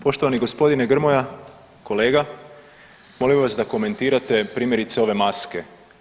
Poštovani gospodine Grmoja, kolega molim vas da komentirate primjerice ove maske.